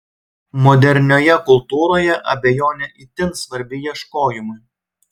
modernioje kultūroje abejonė itin svarbi ieškojimui